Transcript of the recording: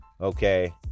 okay